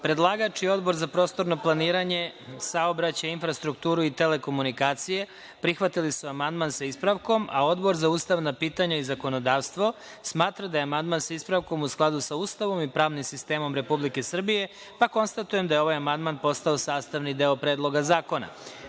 sednici Odbora za prostorno planiranje, saobraćaj, infrastrukturu i telekomunikacije prihvatio amandman, a Odbor za ustavna pitanja i zakonodavstvo smatra da je amandman u skladu sa Ustavom i pravnim sistemom Republike Srbije, pa konstatujem da je ovaj amandman postao sastavni deo Predloga zakona. Reč